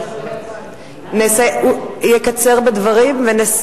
הוא יקצר בדברים.